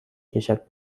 کشد